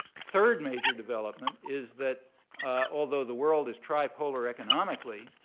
third major development is that although the world is tripolar economically,